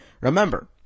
remember